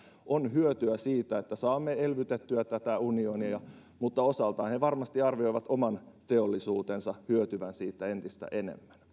on hyötyä siitä että saamme elvytettyä tätä unionia mutta osaltaan he varmasti arvioivat oman teollisuutensa hyötyvän siitä entistä enemmän